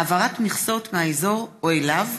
(העברת מכסות מהאזור או אליו),